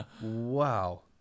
Wow